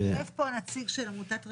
יושב פה הנציג של עמותת רגבים.